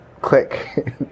click